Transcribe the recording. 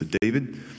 David